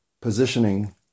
positioning